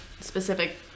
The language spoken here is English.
specific